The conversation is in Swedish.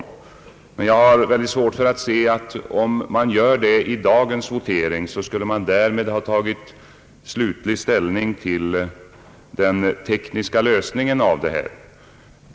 Jag har emellertid svårt att se att ett sådant ståndpunktstagande i dagens votering skulle innebära ett slutligt ställningstagande till den tekniska lösningen av denna fråga.